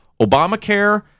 Obamacare